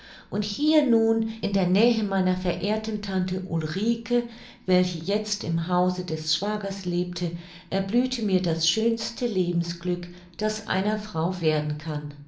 und hier nun in der nähe meiner verehrten tante ulrike welche jetzt im hause des schwagers lebte erblühte mir das schönste lebensglück das einer frau werden kann